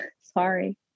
sorry